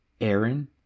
Aaron